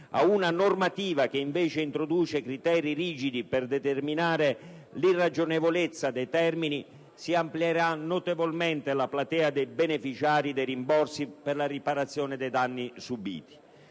ad una normativa che invece introduce criteri rigidi per determinare l'irragionevolezza dei termini, si amplierà notevolmente la platea dei beneficiari dei rimborsi per la riparazione dei danni subiti.